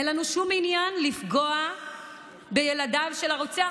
אין לנו שום עניין לפגוע בילדיו של הרוצח.